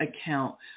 account